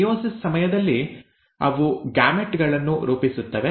meiosis ಸಮಯದಲ್ಲಿ ಅವು gamete ಗಳನ್ನು ರೂಪಿಸುತ್ತವೆ